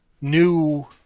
new